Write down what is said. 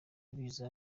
biza